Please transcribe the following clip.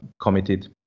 committed